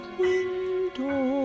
window